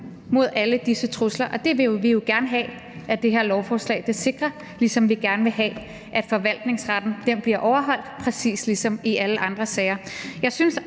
mod alle disse trusler, og det vil vi jo gerne have det her lovforslag sikrer, ligesom vi gerne vil have, at forvaltningsretten bliver overholdt præcis ligesom i alle andre sager.